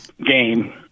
game